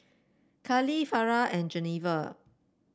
Karlee Farrah and Geneva